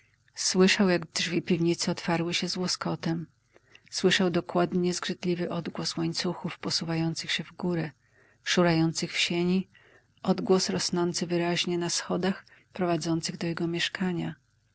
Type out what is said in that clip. słyszał jak drzwi piwnicy otwarły się z łoskotem słyszał dokładnie zgrzytliwy odgłos łańcuchów posuwających się w górę szurających w sieni odgłos rosnący wyraźnie na schodach prowadzących do jego mieszkania